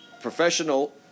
professional